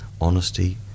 honesty